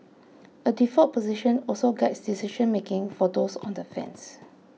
a default position also guides decision making for those on the fence